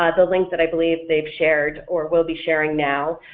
ah the link that i believe they've shared or will be sharing now,